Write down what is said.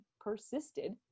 persisted